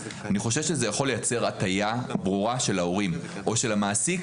אני חושש שזה יכול לייצר הטעיה ברורה של ההורים או של המעסיק,